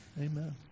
amen